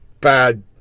bad